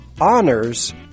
honors